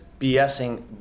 BSing